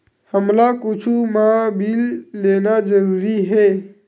हमला कुछु मा बिल लेना जरूरी हे?